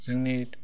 जोंनि